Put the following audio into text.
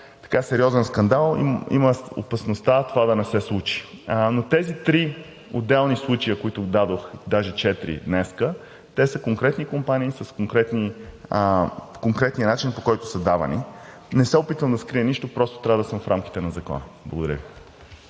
сега сериозен скандал, има опасност това да не се случи. Но тези три отделни случая, които дадох днес, даже четири, те са конкретни компании с конкретния начин, по който са давани. Не се опитвам да скрия нищо, просто трябва да съм в рамките на закона. Благодаря Ви.